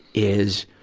is,